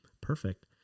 perfect